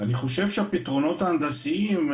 אני חושב שהפתרונות ההנדסיים,